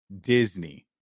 Disney